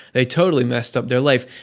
they totally messed up their life,